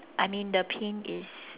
I mean the pain is